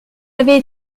avez